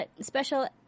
special